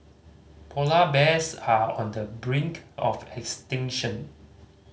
polar bears are on the brink of extinction